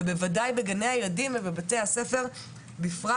ובוודאי בגני הילדים ובבתי הספר בפרט.